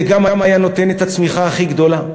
זה גם היה נותן את הצמיחה הכי גדולה.